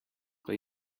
play